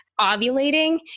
ovulating